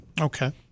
Okay